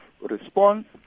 response